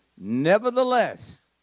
Nevertheless